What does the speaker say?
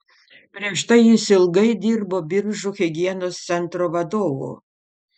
prieš tai jis ilgai dirbo biržų higienos centro vadovu